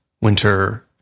winter